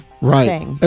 right